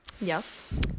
yes